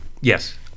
yes